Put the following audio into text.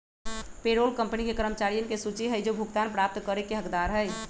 payroll company के कर्मचारियन के सूची हई जो भुगतान प्राप्त करे के हकदार हई